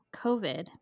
COVID